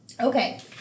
Okay